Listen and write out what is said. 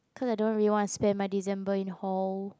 because I don't really want spend my December in whole